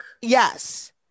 yes